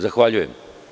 Zahvaljujem.